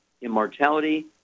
Immortality